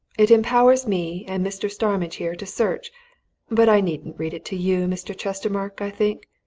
it empowers me and mr. starmidge here to search but i needn't read it to you, mr. chestermarke, i think.